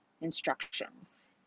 instructions